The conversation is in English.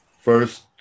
first